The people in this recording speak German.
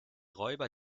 räuber